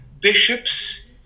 Bishops